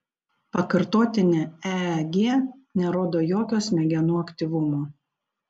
pakartotinė eeg nerodo jokio smegenų aktyvumo